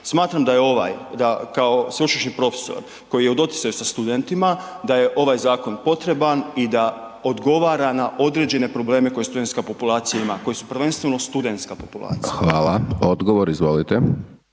Smatram da je ovaj, da kao sveučilišni profesor koji je u doticaju sa studentima da je ovaj zakon potreban i da odgovara na određene probleme koje studentska populacija ima, koji su prvenstveno studentska populacija. **Hajdaš Dončić,